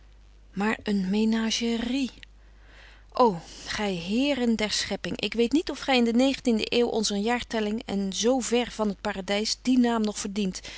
een menagerie o gij heeren der schepping ik weet niet of gij in de negentiende eeuw onzer jaartelling en zoo ver van het paradijs dien naam nog verdient